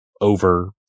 over